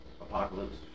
Apocalypse